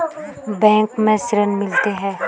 Bank में ऋण मिलते?